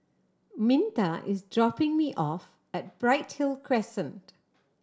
Minta is dropping me off at Bright Hill Crescent